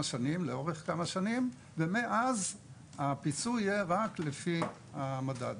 לאורך כמה שנים ומאז הפיצוי יהיה רק לפי המדד.